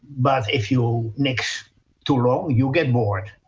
but if you niks too long you get bored.